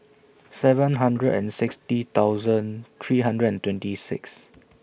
seven hundred and sixty thousand three hundred and twenty six